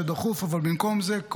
אבל במקום זה,